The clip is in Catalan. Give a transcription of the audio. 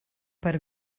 per